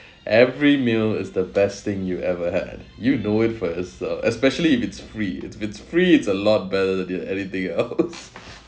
every meal is the best thing you ever had you know it for yourself especially if it's free if it's free it's a lot better than anything else